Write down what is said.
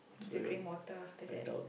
to drink water after that